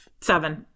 seven